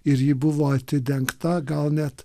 ir ji buvo atidengta gal net